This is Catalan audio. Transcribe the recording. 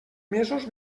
mesos